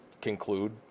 conclude